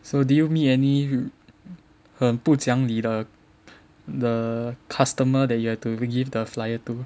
so did you meet any 很不讲理的 customer that you have to give the flyer to